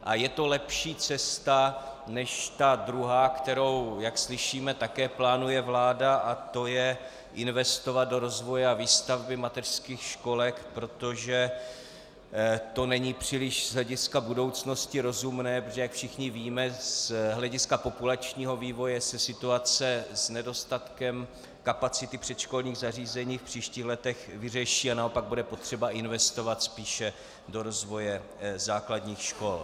A je to lepší cesta než ta druhá, kterou, jak slyšíme, také plánuje vláda, a to je investovat do rozvoje a výstavby mateřských školek, protože to není příliš z hlediska budoucnosti rozumné, protože jak všichni víme, z hlediska populačního vývoje se situace s nedostatkem kapacity předškolních zařízení v příštích letech vyřeší a naopak bude potřeba investovat spíše do rozvoje základních škol.